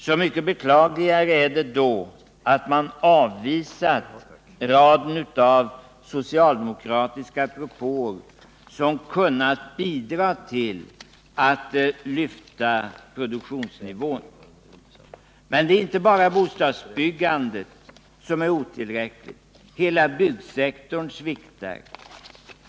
Så mycket beklagligare är det då, att man avvisat raden av socialdemokratiska propåer som kunnat bidra till att lyfta produktionsnivån. Men det är inte bara bostadsbyggandet som är otillräckligt. Hela byggsek 2 torn sviktar.